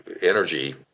energy